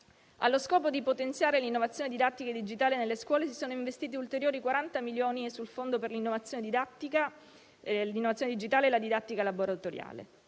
Allo scopo di potenziare l'innovazione didattica digitale nelle scuole sono stati inoltre investiti ulteriori 40 milioni di euro sul Fondo per l'innovazione digitale e la didattica laboratoriale.